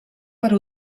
per